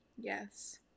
Yes